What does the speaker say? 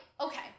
okay